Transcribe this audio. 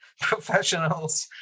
professionals